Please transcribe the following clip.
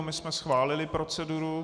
My jsme schválili proceduru.